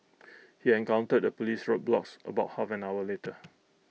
he encountered A Police roadblocks about half an hour later